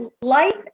life